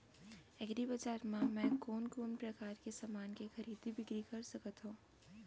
एग्रीबजार मा मैं कोन कोन परकार के समान के खरीदी बिक्री कर सकत हव?